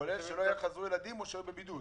כולל זה שלא חזרו ילדים או שהיו בבידוד.